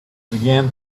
began